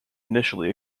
initially